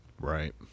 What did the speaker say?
right